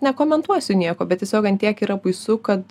nekomentuosiu nieko bet tiesiog ant tiek yra baisu kad